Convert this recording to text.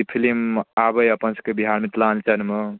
ई film आबै अपनसबके बिहार मिथलाञ्चलमे